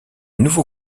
nouveau